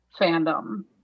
fandom